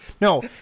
No